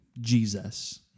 Jesus